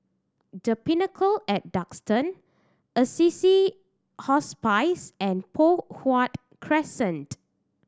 The Pinnacle at Duxton Assisi Hospice and Poh Huat Crescent